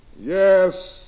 Yes